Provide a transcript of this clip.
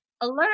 alert